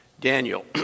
Daniel